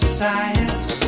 science